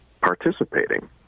participating